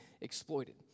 exploited